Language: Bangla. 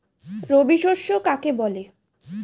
রবি শস্য কাকে বলে?